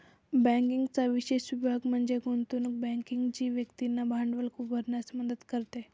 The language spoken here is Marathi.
बँकिंगचा विशेष विभाग म्हणजे गुंतवणूक बँकिंग जी व्यक्तींना भांडवल उभारण्यास मदत करते